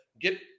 get